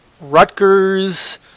Rutgers